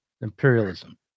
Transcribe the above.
Imperialism